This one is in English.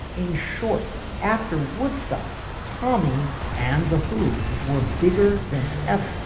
in short after woodstock tommy and the who were bigger than ever